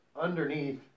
underneath